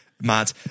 mad